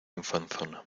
infanzona